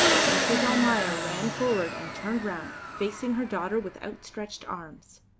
but mrs. almayer ran forward and turned round, facing her daughter with outstretched arms.